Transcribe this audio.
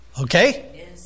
Okay